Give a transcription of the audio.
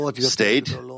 state